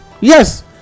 Yes